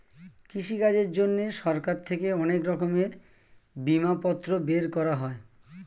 কৃষিকাজের জন্যে সরকার থেকে অনেক রকমের বিমাপত্র বের করা হয়